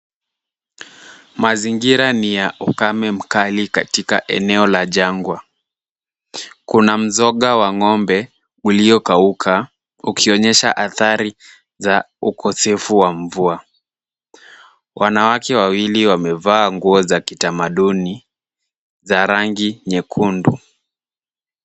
Mazingira ni ya ukame mkali katika eneo la jangwa. Kuna mzoga wa ng'ombe uliokauka ukionyesha athari za ukosefu wa mvua. Wanawake wawili wamevaa nguo za kitamaduni za rangi nyekundu.